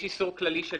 יש איסור כללי.